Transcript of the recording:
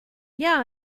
yeah